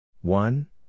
one